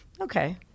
okay